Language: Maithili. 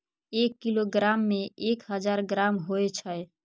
एक किलोग्राम में एक हजार ग्राम होय छै